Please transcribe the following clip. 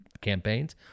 campaigns